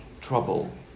trouble